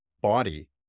body